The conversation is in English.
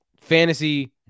fantasy